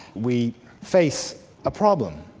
we face a problem.